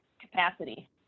capacity